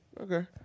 okay